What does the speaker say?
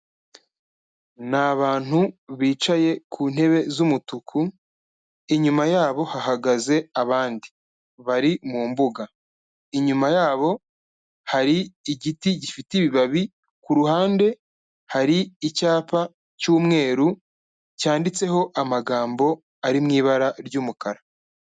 Ni abantu bicaye ku ntebe z'umutuku, inyuma yabo hahagaze abandi. Bari mu mbuga. Inyuma yabo hari igiti gifite ibibabi, ku ruhande hari icyapa cy'umweru cyanditseho amagambo ari mu ibara ry'umukara.